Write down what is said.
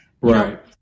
right